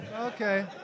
Okay